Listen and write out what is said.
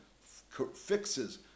fixes